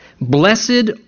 Blessed